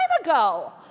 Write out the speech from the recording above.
ago